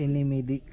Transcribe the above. ఎనిమిది